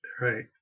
Right